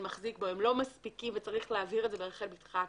מחזיק בו הם לא מספיקים וצריך להבהיר את זה ברחל בתך הקטנה,